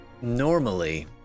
normally